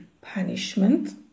punishment